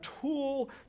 tool